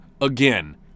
again